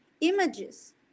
images